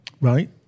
Right